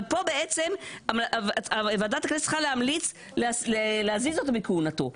אבל פה בעצם ועדת הכנסת צריכה להמליץ להזיז אותו מכהונתו,